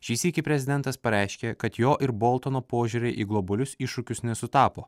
šį sykį prezidentas pareiškė kad jo ir boltono požiūriai į globalius iššūkius nesutapo